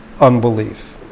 unbelief